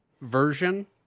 version